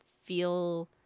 feel